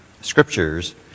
scriptures